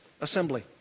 Assembly